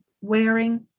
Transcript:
Wearing